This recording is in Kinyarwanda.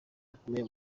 bakomeye